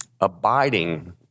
Abiding